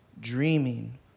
dreaming